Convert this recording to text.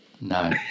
No